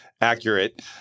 accurate